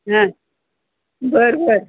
हां बरं बरं